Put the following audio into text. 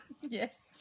yes